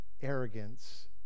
arrogance